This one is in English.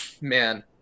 Man